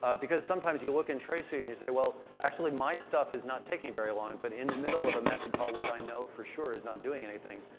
ah because sometimes you look in traceview and you say, well, actually my stuff is not taking very long, but in the middle of a method call which i know for sure is not doing anything,